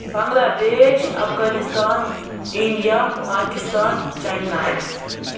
Bangladesh Afghanistan India Pakistan China